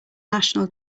national